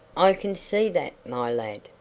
i can see that, my lad,